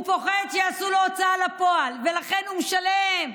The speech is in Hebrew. הוא פוחד שיעשו לו הוצאה לפועל, ולכן הוא משלם.